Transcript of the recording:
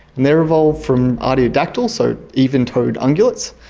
and they are involved from artiodactyl, so even-toed ungulates,